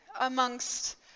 amongst